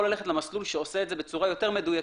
יכול ללכת למסלול שעושה את זה בצורה יותר מדויקת,